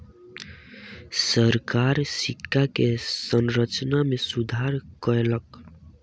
सरकार सिक्का के संरचना में सुधार कयलक